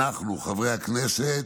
אנחנו חברי הכנסת,